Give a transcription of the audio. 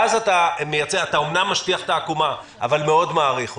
ואז אתה אמנם משטיח את העקומה אבל מאוד מאריך אותה.